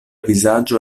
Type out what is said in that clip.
vizaĝo